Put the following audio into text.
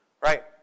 right